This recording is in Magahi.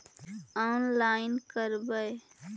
औनलाईन करवे?